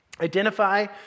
Identify